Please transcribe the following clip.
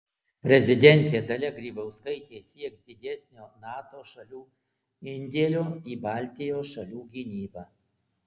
prezidentė dalia grybauskaitė sieks didesnio nato šalių indėlio į baltijos šalių gynybą